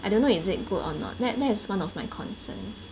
I don't know is it good or not that that is one of my concerns